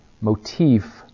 motif